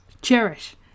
cherish